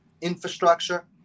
infrastructure